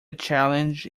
challenge